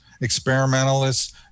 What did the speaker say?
experimentalists